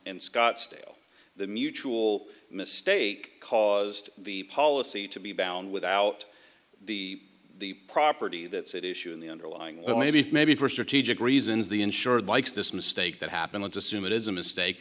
and scottsdale the mutual mistake caused the policy to be bound without the the property that's at issue and the underlying well maybe maybe for strategic reasons the insured likes this mistake that happened let's assume it is a mistake